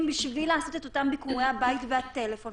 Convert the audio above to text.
בשביל לעשות את אותם ביקורי בית והטלפון,